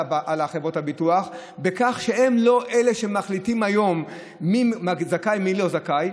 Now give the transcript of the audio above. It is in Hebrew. על חברות הביטוח בכך שהם לא אלה שמחליטים היום מי זכאי ומי לא זכאי,